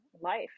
life